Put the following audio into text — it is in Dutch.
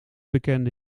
bekende